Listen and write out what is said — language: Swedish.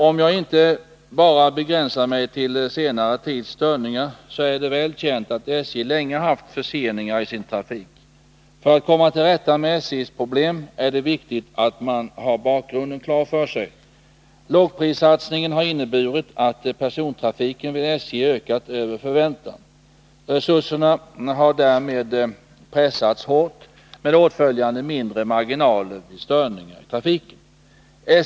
Om jag inte bara begränsar mig till senare tids störningar, så är det väl känt att SJ länge haft förseningar i sin trafik. För att komma till rätta med SJ:s problem är det viktigt att man har bakgrunden klar för sig. Lågprissatsningen har inneburit att persontrafiken vid SJ ökat över förväntan. Resurserna har därmed pressats hårt med åtföljande mindre marginaler vid störningar i trafiken.